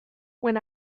when